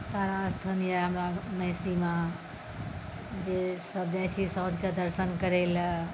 तारा स्थान यऽ हमरा महिषीमे जे सब जाइ छी साँझ कऽ दर्शन करै लए